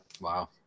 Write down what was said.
Wow